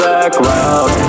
Background